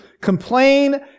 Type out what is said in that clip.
complain